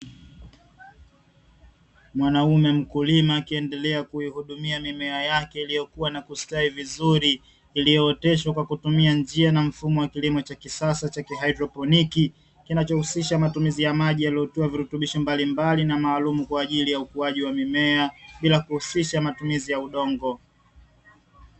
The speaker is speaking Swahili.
Mwanaume mkulima akiendelea kuihudumia mimea yake iliyokua na kustawi vizuri, iliyooteshwa kwa kutumia njia na mfumo wa kilimo cha kisasa cha kihaidroponi, kinachohusisha matumizi ya maji yaliyotiwa virutubisho mbalimbali na maalumu kwa ajili ya ukuaji wa mimea, bila kuhusisha matumizi ya udongo.